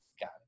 Got